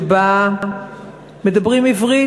שבה מדברים עברית,